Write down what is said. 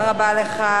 תודה רבה לך,